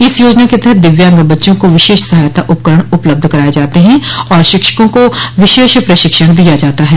इस योजना के तहत दिव्यांग बच्चों को विशेष सहायता उपकरण उपलब्ध कराए जाते हैं और शिक्षकों को विशेष प्रशिक्षण दिया जाता है